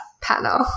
panel